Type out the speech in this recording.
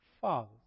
father